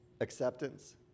Acceptance